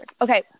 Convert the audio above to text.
okay